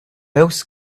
else